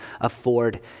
afford